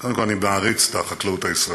קודם כול, אני מעריץ את החקלאות הישראלית.